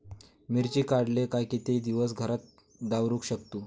मिर्ची काडले काय कीतके दिवस घरात दवरुक शकतू?